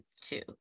two